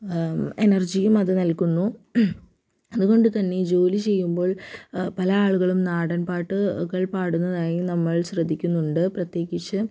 എനർജിയും അത് നൽകുന്നു അതുകൊണ്ട് തന്നെ ജോലി ചെയ്യുമ്പോൾ പല ആളുകളും നാടൻ പാട്ടുകൾ പാടുന്നതായും നമ്മൾ ശ്രദ്ധിക്കുന്നുണ്ട് പ്രത്യേകിച്ച്